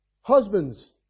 husbands